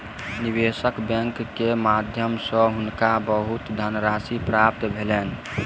निवेशक बैंक के माध्यम सॅ हुनका बहुत धनराशि प्राप्त भेलैन